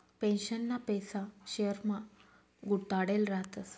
पेन्शनना पैसा शेयरमा गुताडेल रातस